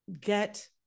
get